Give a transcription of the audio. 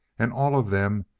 and all of them,